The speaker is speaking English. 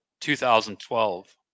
2012